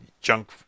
Junk